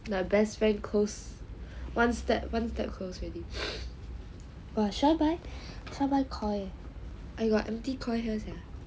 the best friend close one step one step close already !wah! shall I buy shall I buy Koi !wah! got empty Koi here sia